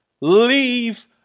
leave